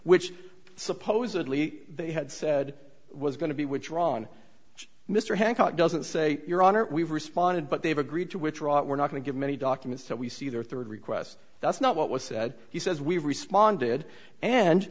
which supposedly they had said was going to be which wrong mr hancock doesn't say your honor we've responded but they've agreed to withdraw it we're not going to give many documents that we see their third requests that's not what was said he says we responded and